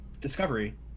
discovery